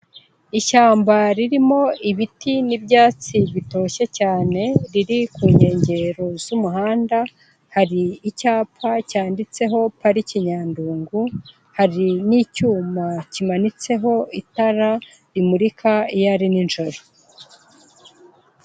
Ishyamba ririmo ibiti n'ibyatsi bitoshye cyane, riri ku nkengero z'umuhanda, hari icyapa cyanditseho parike Nyandungu, hari n'icyuma kimanitseho itara rimurika iyo ari nijoro.